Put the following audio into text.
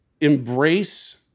embrace